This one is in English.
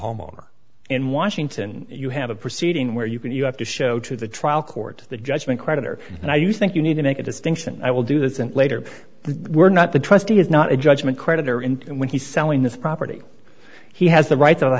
homeowner in washington you have a proceeding where you can you have to show to the trial court the judgment creditor now you think you need to make a distinction i will do this and later the were not the trustee is not a judgment creditor and when he's selling the property he has the right of the